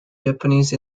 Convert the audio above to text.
japanese